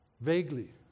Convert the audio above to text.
vaguely